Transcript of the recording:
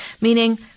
Meaning